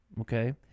okay